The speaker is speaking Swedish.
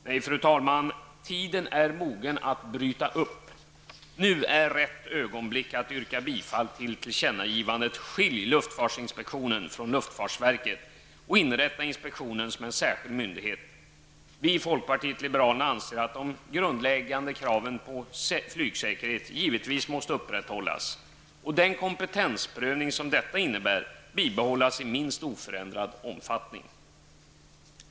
Nej, fru talman, tiden är mogen att bryta upp. Nu är rätt ögonblick att yrka bifall till tillkännagivandet: Skilj luftfartsinspektionen från luftfartsverket och inrätta inspektionen som en särskild myndighet! Vi i folkpartiet libe ralerna anser att de grundläggande kraven på flygsäkerhet givetvis måste upprätthållas, och den kompetensprövning som detta innebär bibehållas i minst oförändrad omfattning.